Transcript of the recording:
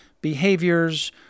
behaviors